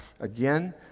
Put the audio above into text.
Again